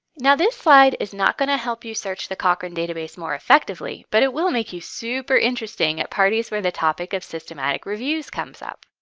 this slide is not going to help you search the cochrane database more effectively, but it will make you super interesting at parties where the topic of systematic reviews comes up.